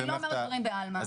אני לא אומרת דברים בעלמא,